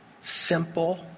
simple